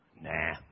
Nah